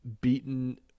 beaten